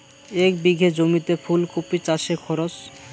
এক বিঘে জমিতে ফুলকপি চাষে খরচ?